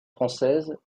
françaises